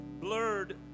blurred